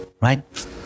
Right